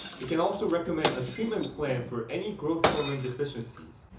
it can also recommend a treatment plan for any growth hormone deficiencies.